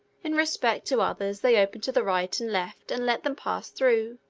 in respect to others, they opened to the right and left and let them pass through,